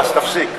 אז תפסיק.